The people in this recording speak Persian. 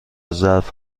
ظرف